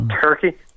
Turkey